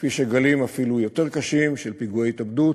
כפי שגלים אפילו יותר קשים של פיגועי התאבדות,